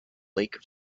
lake